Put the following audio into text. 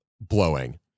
blowing